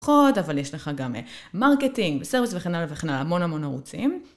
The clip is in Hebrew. אבל יש לך גם מרקטינג, סרוויס, וכן הלאה וכן הלאה, המון המון ערוצים.